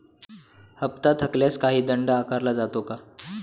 हप्ता थकल्यास काही दंड आकारला जातो का?